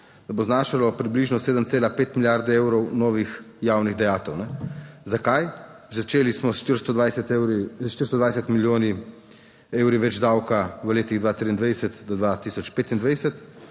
2028 znašalo približno 7,5 milijarde evrov novih javnih dajatev. Zakaj? Začeli smo s 420 milijoni evrov več davka v letih 2023-2025,